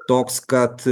toks kad